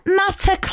matter